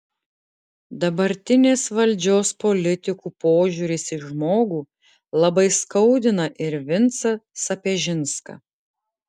dabartinės valdžios politikų požiūris į žmogų labai skaudina ir vincą sapežinską